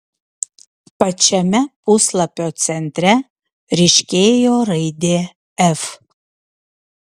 pačiame puslapio centre ryškėjo raidė f